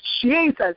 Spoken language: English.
Jesus